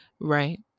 right